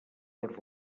per